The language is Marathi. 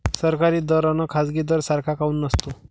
सरकारी दर अन खाजगी दर सारखा काऊन नसतो?